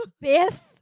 Biff